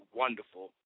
wonderful